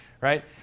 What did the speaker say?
right